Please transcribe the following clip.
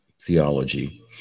Theology